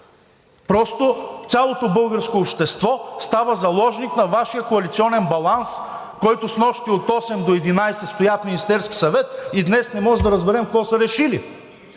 просто цялото българско общество става заложник на Вашия коалиционен баланс, който снощи от осем до единадесет стоя в Министерския съвет, и днес не можем да разберем какво са решили.